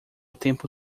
tempo